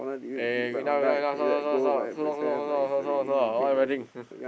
eh wait now wait now wait not stop stop stop stop so long so long so long so long